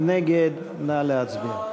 מי נגד?